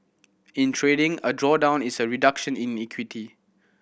in trading a drawdown is a reduction in equity